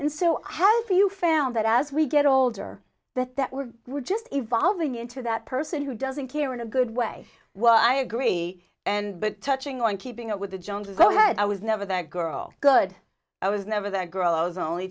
and so how do you found that as we get older that that we're just evolving into that person who doesn't care in a good way well i agree and but touching on keeping up with the joneses oh how i was never that girl good i was never that girl's only